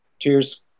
cheers